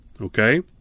Okay